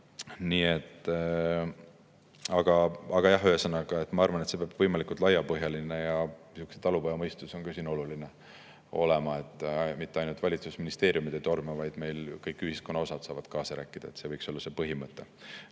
Ühesõnaga, ma arvan, et peab olema võimalikult laiapõhjaline ja talupojamõistus on ka siin oluline, et mitte ainult valitsus ja ministeeriumid ei torma, vaid kõik ühiskonna osad saavad kaasa rääkida. See võiks olla see põhimõte.